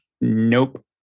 Nope